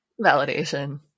Validation